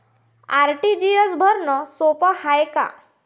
RTGS भरनं सोप हाय का?